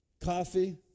coffee